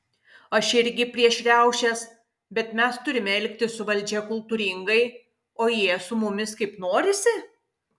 aš irgi prieš riaušės bet mes turime elgtis su valdžia kultūringai o jie su mumis kaip norisi